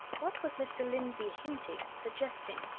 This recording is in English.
what was mr. lindsey hinting, suggesting?